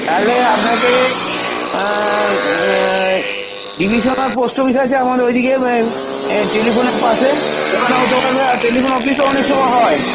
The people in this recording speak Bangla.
তাহলে আপনাকে ডিভিশনাল পোষ্ট অফিস আছে আমাদের ওইদিকে টেলিফোনের পাশে ওখানে হতে পারবে আর টেলিফোন অফিসেও অনেক সময় হয়